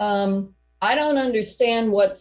i don't understand what